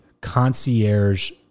concierge